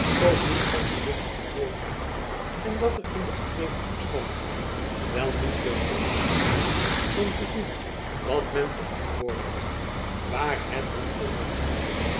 toch niet van gewicht ontbloot waren en dat er in de gegeven omstandigheden wel niet veel anders opzat dan te doen wat men van hem vorderde ware het dan ook met moeite